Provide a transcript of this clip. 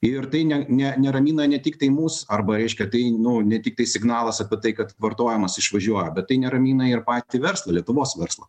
ir tai ne ne neramina ne tiktai mus arba reiškia tai ne tiktai signalas apie tai kad vartojimas išvažiuoja bet tai neramina ir patį verslą lietuvos verslą